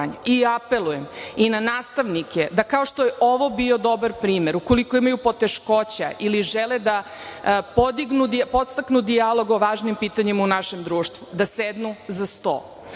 i na nastavnike, da kao što je ovo bio dobar primeru, ukoliko imaju poteškoća ili žele da podstaknu dijalog o važnim pitanjima u našem društvu, da sednu za sto,